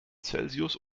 celsius